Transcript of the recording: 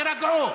תירגעו.